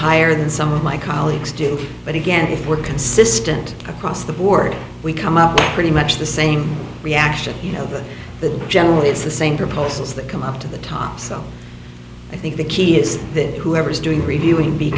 higher than some of my colleagues do but again if we're consistent across the board we come up pretty much the same reaction you know that generally it's the same proposals that come up to the top so i think the key is that whoever is doing reviewing be